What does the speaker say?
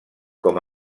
com